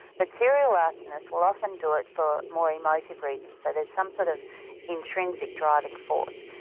but serial arsonists will often do it for more emotive reasons, so there's some sort of intrinsic driving force.